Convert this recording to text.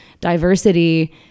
diversity